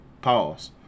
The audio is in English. Pause